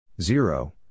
Zero